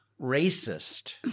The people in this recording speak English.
racist